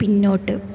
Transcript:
പിന്നോട്ട്